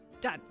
Done